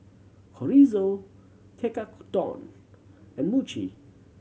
Chorizo Tekkadon and Mochi